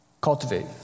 Cultivate